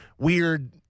Weird